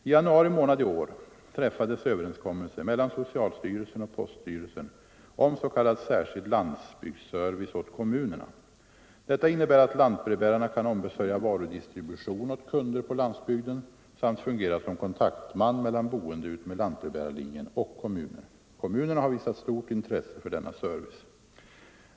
I januari i år träffades överenskommelse mellan socialstyrelsen och poststyrelsen om s.k. särskild landsbygdsservice åt kommunerna. Detta innebär att lantbrevbärarna kan ombesörja varudistribution åt kunder på landsbygden samt fungera som kontaktman mellan boende utmed lantbrevbäringslinjen och kommunen. Kommunerna har visat stort intresse för denna service.